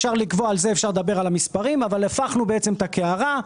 אפשר לדבר על המספרים אבל בעצם הפכנו את הקערה.